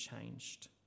changed